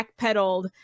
backpedaled